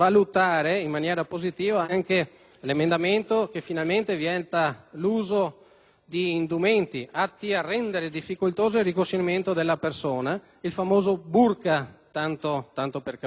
di indumenti atti a rendere difficoltoso il riconoscimento della persona, il famoso *burqa*, tanto per capirsi. Credo che se non si ha nulla da temere non si deve nascondere la propria faccia.